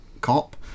cop